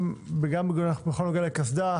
בכל הנוגע לקסדה,